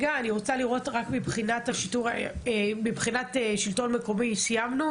מבחינת שלטון מקומי סיימנו?